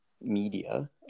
media